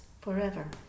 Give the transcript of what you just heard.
forever